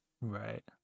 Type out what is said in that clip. Right